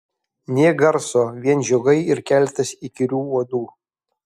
nė garso vien žiogai ir keletas įkyrių uodų